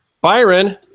Byron